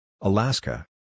Alaska